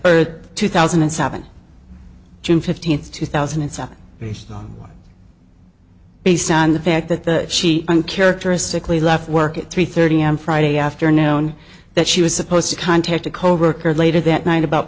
or two thousand and seven june fifteenth two thousand and seven based on the fact that the she uncharacteristically left work at three thirty am friday afternoon that she was supposed to contact a coworker later that night about